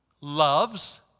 loves